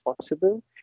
possible